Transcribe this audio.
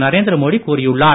நரேந்திர மோடி கூறியுள்ளார்